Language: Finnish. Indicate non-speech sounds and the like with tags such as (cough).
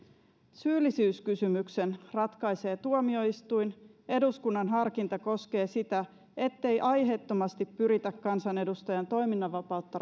syyllisyyskysymyksen ratkaisee tuomioistuin eduskunnan harkinta koskee sitä ettei aiheettomasti pyritä kansanedustajan toiminnanvapautta (unintelligible)